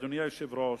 אדוני היושב-ראש,